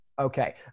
Okay